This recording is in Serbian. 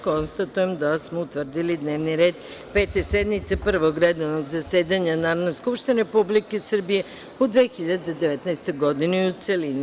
Konstatujem da je Narodna skupština utvrdila dnevni red Pete sednice Prvog redovnog zasedanja Narodne skupštine Republike Srbije u 2019. godini, u celini.